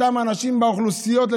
אותם האנשים והאוכלוסיות שנמצאות שם,